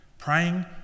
Praying